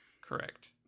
Correct